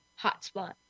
Hotspot